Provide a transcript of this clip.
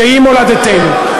שהיא מולדתנו.